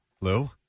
Lou